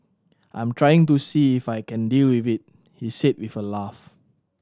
I'm trying to see if I can deal with it he said with a laugh